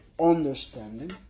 understanding